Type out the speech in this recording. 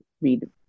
read